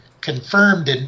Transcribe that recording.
confirmed